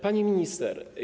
Pani Minister!